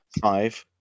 Five